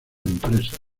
empresa